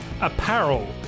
Apparel